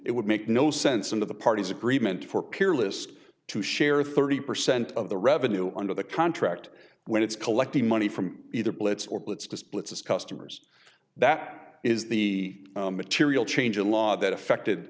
it would make no sense of the parties agreement for peerless to share thirty percent of the revenue under the contract when it's collecting money from either blitz or blitz blitz is customers that is the material change in law that affected